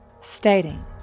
stating